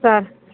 sir